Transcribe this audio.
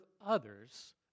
others